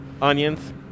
Onions